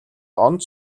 онц